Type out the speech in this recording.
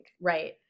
Right